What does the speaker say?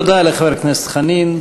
תודה לחבר הכנסת חנין.